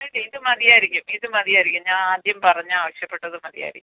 ഇത് മതിയായിരിക്കും ഇത് മതിയായിരിക്കും ഞാൻ ആദ്യം പറഞ്ഞ ആവശ്യപ്പെട്ടത് മതിയായിരിക്കും